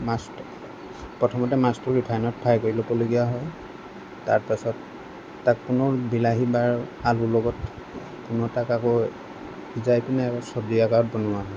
মাছ প্ৰথমতে মাছটো ৰিফাইনত ফ্ৰাই কৰি ল'বলগীয়া হয় তাৰ পাছত তাক পুনৰ বিলাহী বা আলুৰ লগত পুনৰ তাক আকৌ সিজাই পেনি আকৌ চব্জি আকাৰত বনোৱা হয়